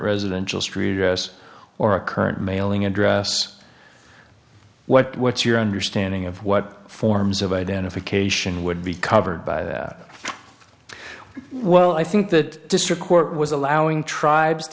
residential street address or a current mailing address what what's your understanding of what forms of identification would be covered by that well i think that district court was allowing tribes